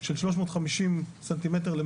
גם 750 סמ"ר זו